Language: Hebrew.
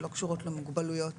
שלא קשורים למוגבלויות,